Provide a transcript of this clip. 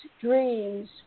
dreams